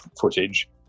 footage